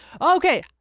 Okay